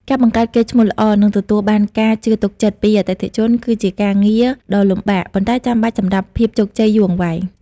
ការបង្កើតកេរ្តិ៍ឈ្មោះល្អ និងទទួលបានការជឿទុកចិត្តពីអតិថិជនគឺជាការងារដ៏លំបាក ប៉ុន្តែចាំបាច់សម្រាប់ភាពជោគជ័យយូរអង្វែង។